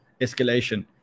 escalation